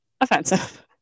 offensive